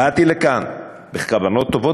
באתי לכאן בכוונות טובות,